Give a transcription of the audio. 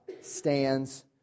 stands